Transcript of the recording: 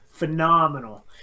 phenomenal